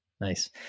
Nice